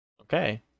Okay